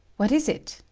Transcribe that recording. what is it?